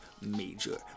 major